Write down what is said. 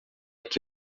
que